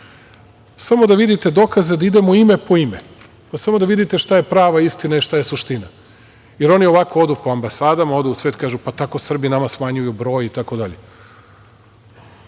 da vidite dokaze, da idemo ime po ime. Samo da vidite šta je prava istina i šta je suština, jer oni ovako odu po ambasadama, odu u svet, pa tako Srbi nama smanjuju broj i tako dalje. Vi